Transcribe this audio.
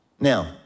Now